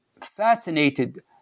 fascinated